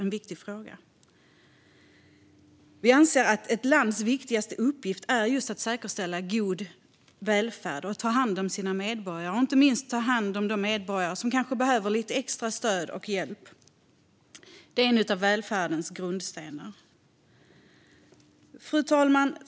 Sverigedemokraterna anser att ett lands viktigaste uppgift är att säkerställa god välfärd och att ta hand om sina medborgare, inte minst de medborgare som är i behov av extra av stöd och hjälp. Det är en av välfärdens hörnstenar. Fru talman!